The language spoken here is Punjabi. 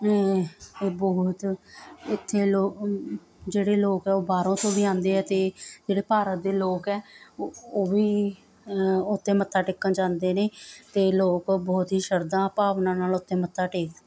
ਬਹੁਤ ਇੱਥੇ ਲੋਕ ਜਿਹੜੇ ਲੋਕ ਹੈ ਉਹ ਬਾਹਰੋਂ ਤੋਂ ਵੀ ਆਉਂਦੇ ਆ ਅਤੇ ਜਿਹੜੇ ਭਾਰਤ ਦੇ ਲੋਕ ਹੈ ਉ ਉਹ ਵੀ ਉੱਥੇ ਮੱਥਾ ਟੇਕਣ ਜਾਂਦੇ ਨੇ ਅਤੇ ਲੋਕ ਬਹੁਤ ਹੀ ਸ਼ਰਧਾ ਭਾਵਨਾ ਨਾਲ ਉੱਥੇ ਮੱਥਾ ਟੇਕ